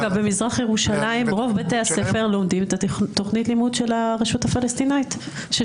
לימור סון הר מלך (עוצמה יהודית): דרך אגב,